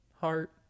heart